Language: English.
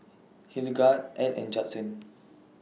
Hildegard Edd and Judson